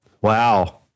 Wow